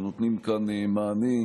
אנחנו נותנים כאן מענה,